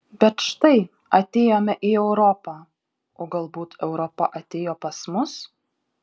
bet štai atėjome į europą o galbūt europa atėjo pas mus